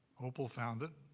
opal found it.